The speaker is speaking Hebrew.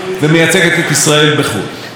בדיוק כמו הדברים שאנחנו אומרים פה,